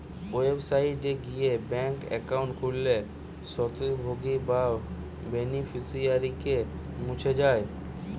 website গিয়ে bank account খুললে স্বত্বভোগী বা বেনিফিশিয়ারিকে মুছ যায়